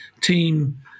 team